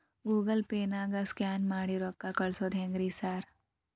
Google ಪೇನಾಗ scan ಮಾಡಿ ರೊಕ್ಕಾ ಕಳ್ಸೊದು ಹೆಂಗ್ರಿ ಸಾರ್?